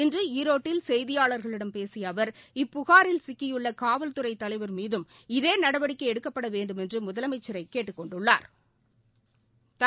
இன்றுஈரோட்டில் செய்தியாளர்களிடம் பேசியஅவர் இப்புகாரில் சிக்கியுள்ளகாவல்துறை தலைவர் மீதும் இதேநடவடிக்கைஎடுக்கப்படவேண்டுமென்றுமுதலமைச்சரைகேட்டுக் கொண்டுள்ளாா்